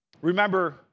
Remember